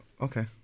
okay